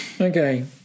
Okay